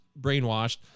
brainwashed